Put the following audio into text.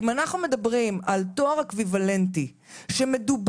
אם אנחנו מדברים על תואר אקוויוולנטי כשמדובר